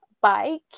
bike